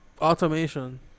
automation